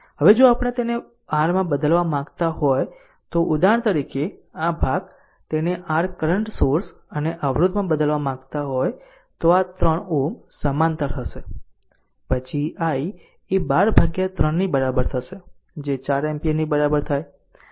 હવે જો આપણે તેને r માં બદલવા માંગતા હોય તો ઉદાહરણ તરીકે આ ભાગ જો તેને r કરંટ સોર્સ અને અવરોધમાં બદલવા માંગતા હોય તો આ 3 Ω સમાંતર હશે પછી i એ 12 ભાગ્યા 3 ની બરાબર હશે જે 4 એમ્પીયર બરાબર છે